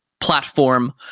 platform